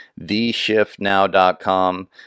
theshiftnow.com